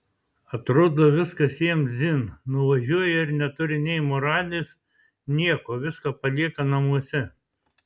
atrodo viskas jiems dzin nuvažiuoja ir neturi nei moralės nieko viską palieka namuose